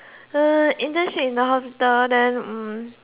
uh internship in the hospital then hmm